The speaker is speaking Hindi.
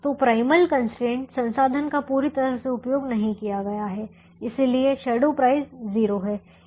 तो प्राइमल कंस्ट्रेंट संसाधन का पूरी तरह से उपयोग नहीं किया गया है इसलिए शैडो प्राइस 0 है